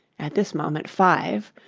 at this moment five,